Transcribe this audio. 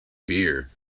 beer